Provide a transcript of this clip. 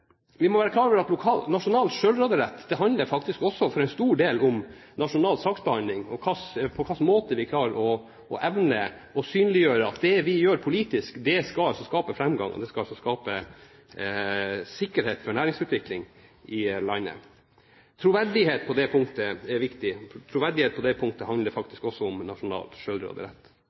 Vi må være klar over at nasjonal selvråderett faktisk også for en stor del handler om nasjonal saksbehandling og på hvilken måte vi evner å synliggjøre at det vi gjør politisk, skal skape framgang, og at det skal skape sikkerhet for næringsutvikling i landet. Troverdighet på dette punktet er viktig. Troverdighet på dette punktet handler faktisk også om nasjonal